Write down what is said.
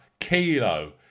Kilo